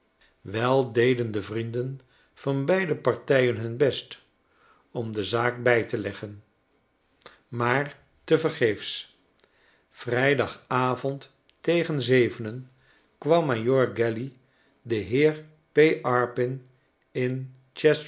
wei deden de vrienden van beide partijen hun best om de zaak bij te leggen maar tevergeefs vrijdagavond tegen zevenen kwam majoor gaily den heer p arpin in